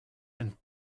and